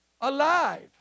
alive